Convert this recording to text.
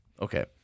Okay